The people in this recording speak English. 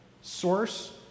source